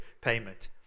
payment